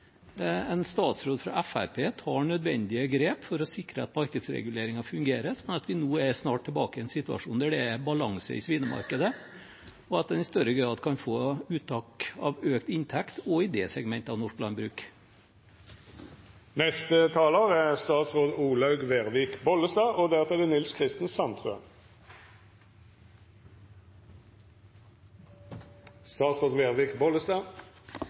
en statsråd fra Fremskrittspartiet tok nødvendige grep for å sikre at markedsreguleringen fungerer, sånn at vi nå snart er tilbake i en situasjon der det er balanse i svinemarkedet, og at en i større grad kan få uttak av økt inntekt også i det segmentet av norsk landbruk. Jeg har først lyst å takke for engasjementet for norsk landbruk. Det synes jeg det er